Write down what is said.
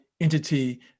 entity